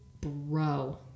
bro